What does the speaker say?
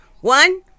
one